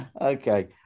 Okay